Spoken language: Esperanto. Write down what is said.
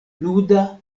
nuda